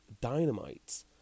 dynamite